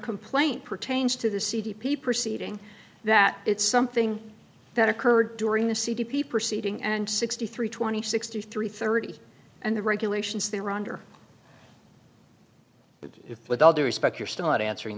complaint pertains to the c d p proceeding that it's something that occurred during the c d p proceeding and sixty three twenty sixty three thirty and the regulations they were under but if with all due respect you're still not answering